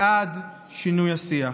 בעד שינוי השיח,